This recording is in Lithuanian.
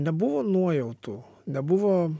nebuvo nuojautų nebuvo